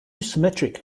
symmetric